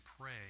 pray